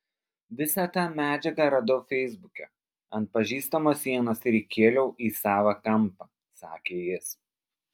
visą tą medžiagą radau feisbuke ant pažįstamo sienos ir įkėliau į savą kampą sakė jis